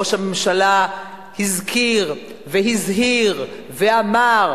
ראש הממשלה הזכיר והזהיר ואמר,